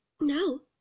No